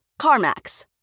CarMax